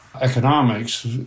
economics